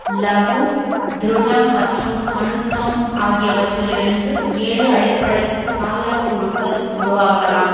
லகு த்ருதம் மற்றும் அனுத்ரம் ஆகியவற்றிலிருந்து ஏழு அடிப்படை தாளக் குழுக்கள் உருவாகலாம்